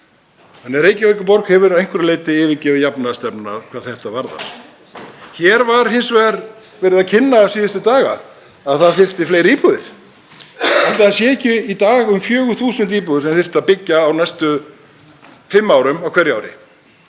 landinu. Reykjavíkurborg hefur að einhverju leyti yfirgefið jafnaðarstefnuna hvað þetta varðar. Hér var hins vegar verið að kynna síðustu daga að það þyrfti fleiri íbúðir. Ætli það séu ekki í dag um 4.000 íbúðir sem þyrfti að byggja á næstu fimm árum á hverju ári?